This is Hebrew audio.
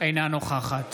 אינה נוכחת